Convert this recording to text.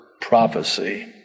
prophecy